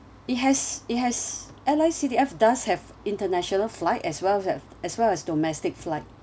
it has it has airline C D F does have international flight as well as as well as domestic flight